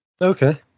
Okay